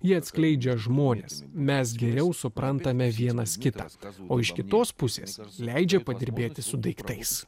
ji atskleidžia žmones mes geriau suprantame vienas kitą o iš kitos pusės leidžia padirbėti su daiktais